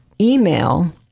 email